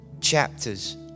chapters